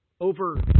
Over